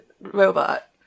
robot